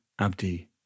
Abdi